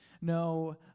no